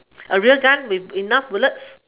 a real gun with enough bullets